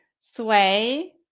sway